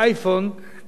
כי ככה קוראים,